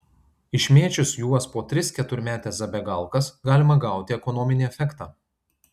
išmėčius juos po tris keturmetes zabegalkas galima gauti ekonominį efektą